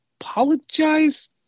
apologize